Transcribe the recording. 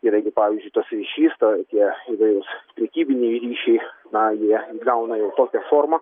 yra gi pavyzdžiui tas ryšys ta tie įvairūs prekybiniai ryšiai na jie įgauna jau tokią formą